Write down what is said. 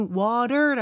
water